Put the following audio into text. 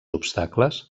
obstacles